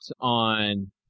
on